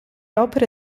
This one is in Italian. opere